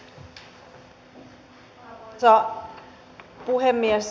arvoisa puhemies